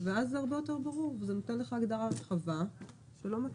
ואז זה הרבה יותר ברור וזה נותן לך הגדרה רחבה שלא מטעה.